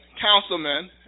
councilmen